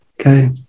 Okay